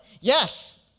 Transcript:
Yes